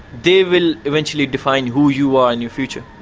they will eventually define who you are in your future.